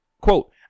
Quote